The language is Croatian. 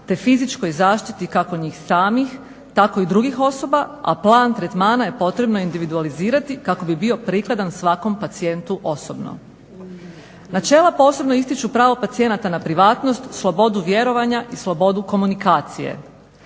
te fizičkoj zaštiti kako njih samih tako i drugih osoba, a plan tretmana je potrebno individualizirati kako bi bio prikladan svakom pacijentu osobno. Načela posebno ističu pravo pacijenata na privatnost, slobodu vjerovanja i slobodu komunikacije.